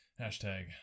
Hashtag